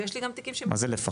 ויש לי גם תיקים --- מה זה לפחות?